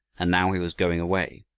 and now he was going away,